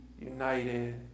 united